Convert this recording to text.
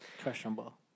Questionable